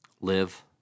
Live